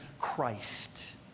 Christ